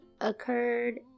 occurred